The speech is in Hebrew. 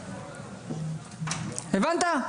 הבנת?